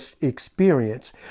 experience